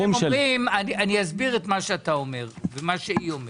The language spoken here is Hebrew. אני אסביר את מה שאתה אומר ומה שהיא אומרת.